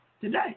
today